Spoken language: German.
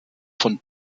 von